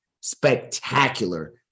spectacular